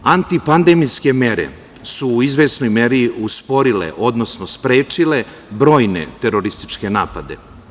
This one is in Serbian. Antipandemijske mere su u izvesnoj meri usporile odnosno sprečile brojne terorističke napade.